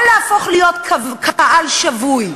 או להפוך להיות קהל שבוי,